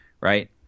right